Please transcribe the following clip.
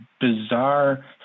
bizarre